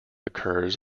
occurs